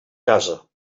casa